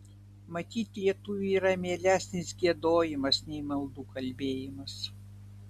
matyt lietuviui yra mielesnis giedojimas nei maldų kalbėjimas